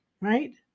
right